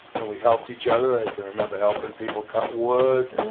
and we helped each other. i can remember helping people cut wood.